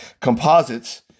composites